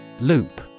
Loop